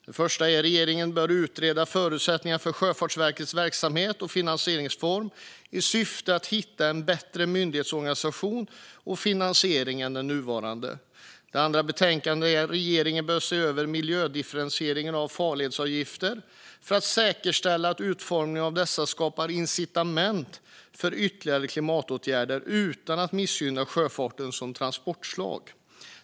Det första är att regeringen bör utreda förutsättningarna för Sjöfartsverkets verksamhet och finansieringsform i syfte att hitta en bättre myndighetsorganisation och finansiering än nuvarande. Det andra är att regeringen bör se över miljödifferentieringen av farledsavgifter för att säkerställa att utformningen av dessa skapar incitament för ytterligare klimatåtgärder utan att missgynna sjöfarten som transportslag.